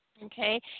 Okay